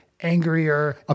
angrier